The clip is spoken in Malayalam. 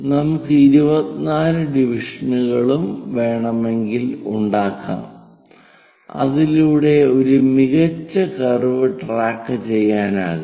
നമുക്ക് 24 ഡിവിഷനുകളും വേണമെങ്കിൽ ഉണ്ടാക്കാം അതിലൂടെ ഒരു മികച്ച കർവ് ട്രാക്കു ചെയ്യാനാകും